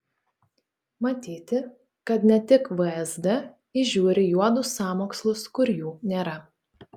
matyti kad ne tik vsd įžiūri juodus sąmokslus kur jų nėra